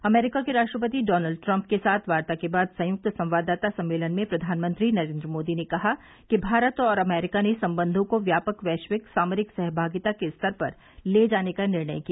अमरीका के राष्ट्रपति Donald Trump के साथ वार्ता के बाद संयुक्त संवाददाता सम्मेलन में प्रधानमंत्री नरेन्द्र मोदी ने कहा कि भारत और अमरीका ने संबंधों को व्यापक वैश्विक सामारिक सहभागिता के स्तर पर ले जाने का निर्णय किया